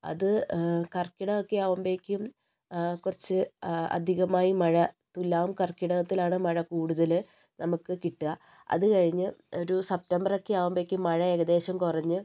അത് കർക്കിടകമൊക്കെ ആവുമ്പോഴെക്കും കുറച്ച് അധികമായി മഴ തുലാം കർക്കിടകത്തിലാണ് മഴ കൂടുതൽ നമുക്ക് കിട്ടുക അത് കഴിഞ്ഞ് ഒരു സെപ്റ്റംബറൊക്കെ ആവുമ്പോഴെക്കും മഴ ഏകദേശം കുറഞ്ഞ്